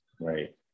right